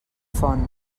font